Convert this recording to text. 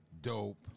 dope